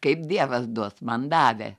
kaip dievas duos man davė